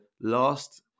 last